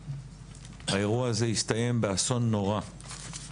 האירוע הזה הסתיים באסון נורא.